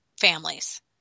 families